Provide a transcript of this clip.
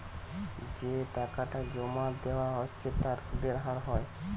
যে টাকাটা জোমা দিয়া হচ্ছে তার সুধের হার হয়